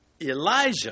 Elijah